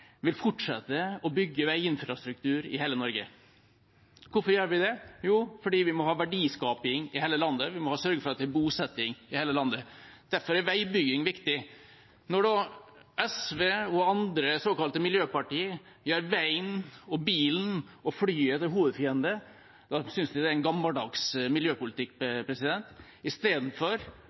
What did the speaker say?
vil fortsette å bygge veiinfrastruktur i hele Norge. Hvorfor gjør vi det? Jo, fordi vi må ha verdiskaping i hele landet. Vi må sørge for at vi har bosetting i hele landet. Derfor er veibygging viktig. Når da SV og andre såkalte miljøpartier gjør veien, bilen og flyet til en hovedfiende, synes vi det er en gammeldags miljøpolitikk